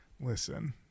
Listen